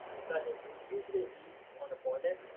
recessions usually lead to unemployment,